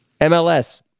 MLS